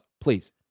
please